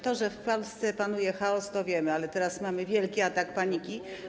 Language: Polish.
To, że w Polsce panuje chaos, to wiemy, ale teraz mamy wielki atak paniki.